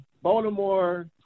Baltimore